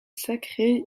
sacrée